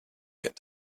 get